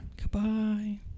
Goodbye